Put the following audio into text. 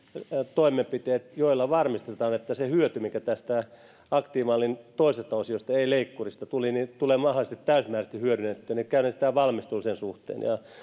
toimenpiteet joilla varmistetaan että se hyöty mikä tästä aktiivimallin toisesta osiosta ei leikkurista tuli tulee mahdollisesti täysimääräisesti hyödynnettyä eli käynnistetään valmistelu sen suhteen